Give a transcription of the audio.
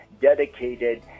dedicated